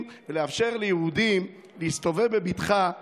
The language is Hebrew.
ולאפשר ליהודים להסתובב בבטחה בירושלים.